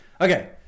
Okay